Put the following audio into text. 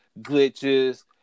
glitches